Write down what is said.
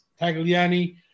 Tagliani